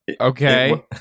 Okay